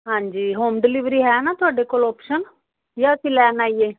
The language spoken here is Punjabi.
ਹਾਂਜੀ ਹੋਮ ਡਿਲਵਰੀ ਹੈ ਨਾ ਤੁਹਾਡੇ ਕੋਲ ਓਪਸ਼ਨ ਜਾਂ ਅਸੀਂ ਲੈਣ ਆਈਏ